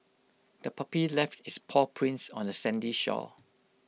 the puppy left its paw prints on the sandy shore